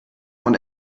man